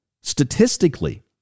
statistically